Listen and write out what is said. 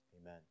Amen